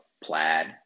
plaid